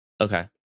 okay